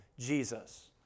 Jesus